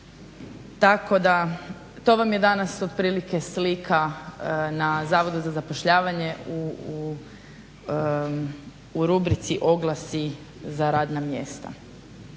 Tako da to vam je danas otprilike slika na Zavodu za zapošljavanje u rubrici Oglasi za radna mjesta.